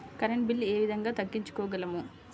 Current bill ఏ విధంగా తగ్గించుకోగలము?